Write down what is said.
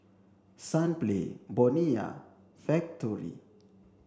Sunplay Bonia Factorie